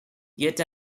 yet